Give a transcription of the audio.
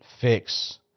fix